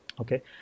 okay